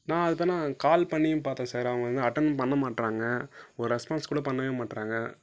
நான் அதுபேர்ன்னா கால் பண்ணியும் பார்த்தேன் சார் அவங்க வந்து அட்டெண்ட் பண்ணமாட்டேறாங்க ஆ ஒரு ரெஸ்பான்ஸ் கூட பண்ணவே மாட்டேறாங்க